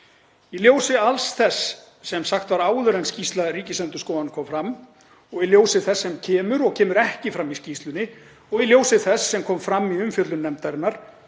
Í ljósi alls þess sem sagt var áður en skýrsla Ríkisendurskoðunar kom fram, þess sem kemur og kemur ekki fram í skýrslunni og þess sem kom fram í umfjöllun nefndarinnar,